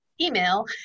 email